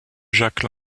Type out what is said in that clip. jacques